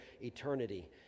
eternity